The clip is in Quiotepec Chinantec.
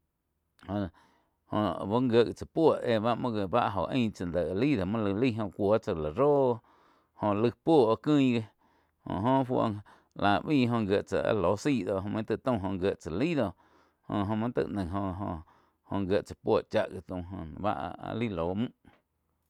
Joh, joh aú gie gi tsáh puo éh ba muo bah óh ain tsah de laí la muo laig laí joh cuo tsá la roh joh laig puo kuin gi joh oh fuo lá bái joh gíe tsá áh lóh zái do joh main tai taun jo gie tsáh laí doh jo-jo muo taig naíh jo-jo oh gie tsá puo cha gi taum áh laí ló mühh.